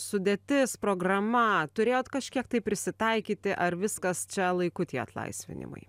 sudėtis programa turėjot kažkiek tai prisitaikyti ar viskas čia laiku tie atlaisvinimai